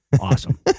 Awesome